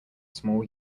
small